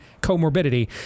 comorbidity